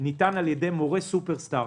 ניתן על-ידי מורה סופר-סטאר.